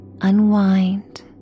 unwind